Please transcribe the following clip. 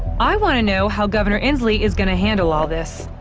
i want to know how governor inslee is gonna handle all this.